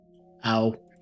Ow